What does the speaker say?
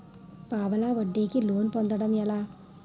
పావలా వడ్డీ కి లోన్ పొందటం ఎలా?